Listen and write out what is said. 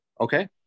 Okay